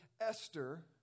Esther